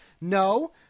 No